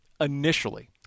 initially